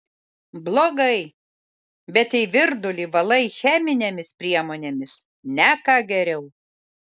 blogai bet jei virdulį valai cheminėmis priemonėmis ne ką geriau